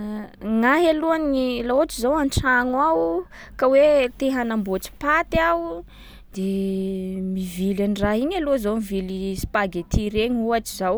Gnahy aloha ny- laha ohatsy zao an-trano ao, ka hoe te hanamboatsy paty aho, de mivily an’raha iny aloha zaho, mivily spaghetti regny ohatsy zao.